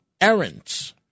errands